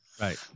Right